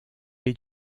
est